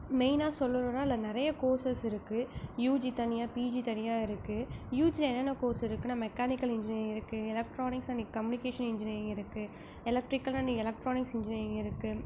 மெய்னாக சொல்லணுன்னால் அதில் நிறைய கோர்ஸஸ் இருக்குது யூஜி தனியாக பிஜி தனியாக இருக்குது யூஜியில் என்னென்ன கோர்ஸ் இருக்குனால் மெக்கானிக்கல் இன்ஜினியரிங் இருக்குது எலக்ட்ரானிக்ஸ் அண்டு கம்யூனிகேஷன் இன்ஜினியரிங் இருக்குது எலக்ட்ரிக்கல் அண்டு எலக்ட்ரானிக்ஸ் இன்ஜினியரிங் இருக்குது